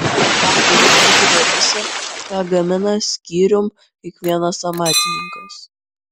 tą kuris sukuria visa ką gamina skyrium kiekvienas amatininkas